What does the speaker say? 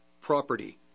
property